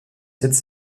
cette